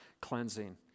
cleansing